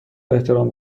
احترام